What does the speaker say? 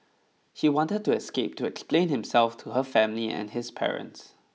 he wanted to escape to explain himself to her family and his parents